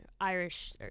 Irish